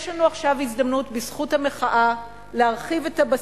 יש לנו עכשיו הזדמנות בזכות המחאה להרחיב את הבסיס,